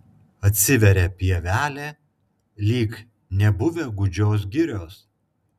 atsiveria pievelė lyg nebuvę gūdžios girios